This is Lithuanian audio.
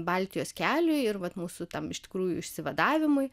baltijos keliui ir vat mūsų tam iš tikrųjų išsivadavimui